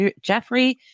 Jeffrey